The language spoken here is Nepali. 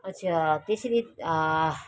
हजुर त्यसरी